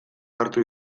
hartu